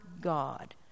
God